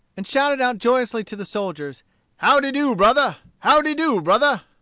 and shouted out joyously to the soldiers how-de-do, brother how-de-do, brother?